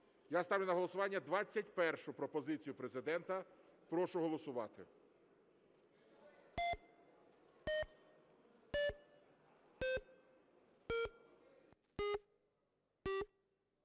Я ставлю на голосування 21 пропозицію Президента. Прошу голосувати.